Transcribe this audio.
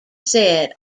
said